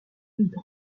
vite